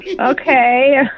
okay